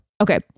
Okay